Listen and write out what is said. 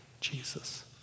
Jesus